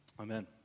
Amen